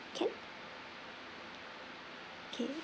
can okay